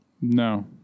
No